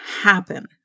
happen